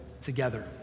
together